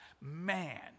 man